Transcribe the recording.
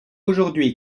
aujourd’hui